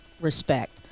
respect